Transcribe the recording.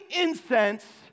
incense